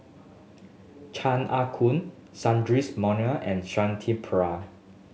Chan Ah Kow Sundaresh Menon and Shanti Pereira